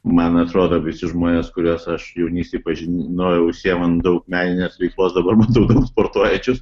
man atrodo visi žmonės kuriuos aš jaunystėje pažinojau užsiima daug meninės veiklos dabar būtų gal sportuojančius